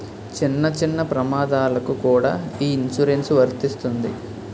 చిన్న చిన్న ప్రమాదాలకు కూడా ఈ ఇన్సురెన్సు వర్తిస్తుంది